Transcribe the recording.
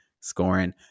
scoring